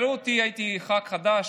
הייתי ח"כ חדש,